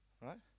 Right